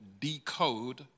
decode